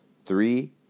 three